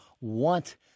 want